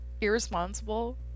irresponsible